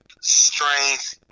strength